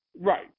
Right